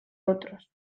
otros